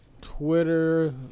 Twitter